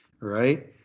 right